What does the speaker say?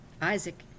Isaac